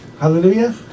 Hallelujah